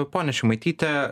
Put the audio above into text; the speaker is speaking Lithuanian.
ponia šimaityte